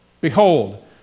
behold